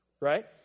Right